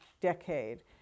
decade